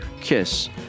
Kiss